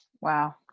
Wow